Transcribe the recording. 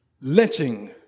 lynching